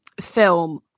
film